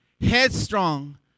headstrong